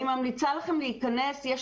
אני ממליצה לכם להיכנס ולראות,